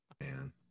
Man